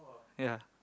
ya